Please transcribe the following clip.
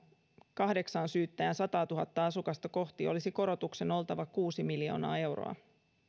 kahdeksaan syyttäjään sataatuhatta asukasta kohti olisi korotuksen oltava kuusi miljoonaa euroa